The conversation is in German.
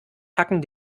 tacken